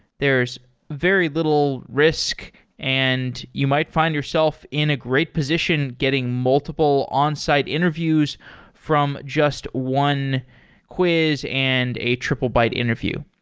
there's very little risk and you might find yourself in a great position getting multiple onsite interviews from just one quiz and a triplebyte interview.